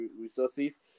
resources